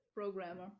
programmer